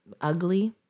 ugly